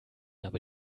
aber